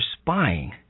spying